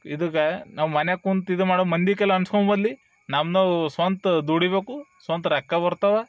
ಇದು ಗೆ ನಾವು ಮನೆಗೆ ಕುಂತು ಇದು ಮಾಡೋ ಮಂದಿ ಕೈಲಿ ಅನ್ಸ್ಕೊಂಬದ್ಲು ನಮ್ಮದು ಸ್ವಂತ ದುಡಿಬೇಕು ಸ್ವಂತ ರೊಕ್ಕ ಬರ್ತವೆ